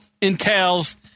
entails